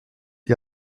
you